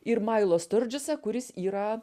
ir mailo sturdžesą kuris yra